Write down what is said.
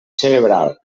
cerebral